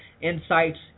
insights